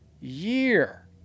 year